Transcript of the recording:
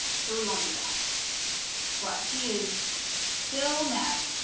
so we won't do that but he is still mad